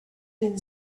been